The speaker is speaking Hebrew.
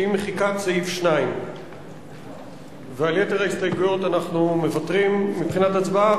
שהיא מחיקת סעיף 2. על יתר ההסתייגויות אנחנו מוותרים מבחינת הצבעה,